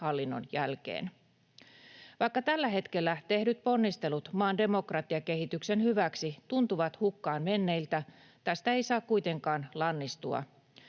hallinnon jälkeen. Vaikka tällä hetkellä tehdyt ponnistelut maan demokratiakehityksen hyväksi tuntuvat hukkaan menneiltä, tästä ei saa kuitenkaan lannistua.